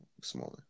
Smaller